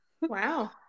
wow